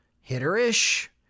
hitter-ish